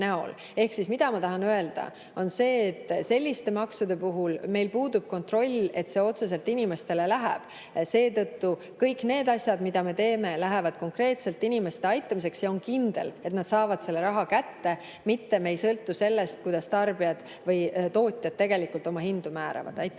näol. Ehk ma tahan öelda seda, et selliste maksude puhul meil puudub kontroll, et see kasu otseselt inimestele läheb. Seetõttu kõik need asjad, mida me teeme, lähevad konkreetselt inimeste aitamiseks ja on kindel, et nad saavad selle raha kätte, mitte me ei sõltu sellest, kuidas tootjad tegelikult oma hindu määravad. Nüüd